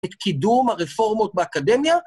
את קידום הרפורמות באקדמיה.